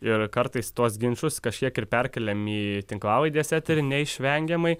ir kartais tuos ginčus kažkiek ir perkeliam į tinklalaidės eterį neišvengiamai